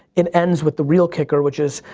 it ends with the real kicker which is,